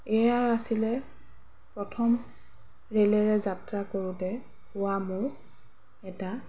এয়াই আছিলে প্ৰথম ৰেলেৰে যাত্ৰা কৰোঁতে হোৱা মোৰ এটা